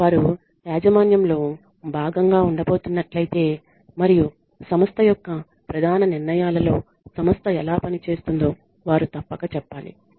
వారు యాజమాన్యం లో భాగం గా ఉండబోతున్నట్లయితే మరియు సంస్థ యొక్క ప్రధాన నిర్ణయాలలో సంస్థ ఎలా పనిచేస్తుందో వారు తప్పక చెప్పాలి